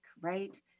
right